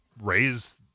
raise